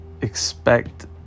expect